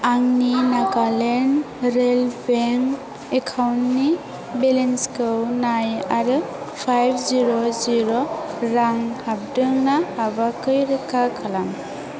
आंनि Nagaland rail bank एकाउन्टनि बेलेन्सखौ नाय आरो फाइभ जिर' जिर' रां हाबदों ना हाबाखै रोखा खालाम